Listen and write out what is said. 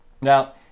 Now